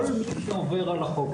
כל מי שעובר על החוק,